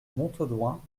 montaudoin